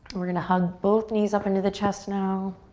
we're gonna hug both knees up into the chest, now.